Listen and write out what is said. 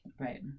Right